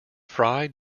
fry